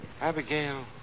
Abigail